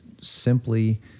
simply